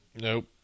Nope